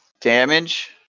damage